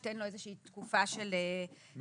ייתן לו איזושהי תקופה של הגנה.